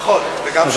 נכון, וגם שלא הפרעתם.